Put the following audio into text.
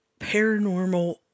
Paranormal